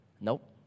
Nope